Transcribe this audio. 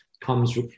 comes